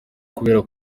kubera